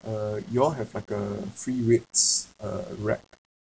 uh you all have like a free weighs uh rack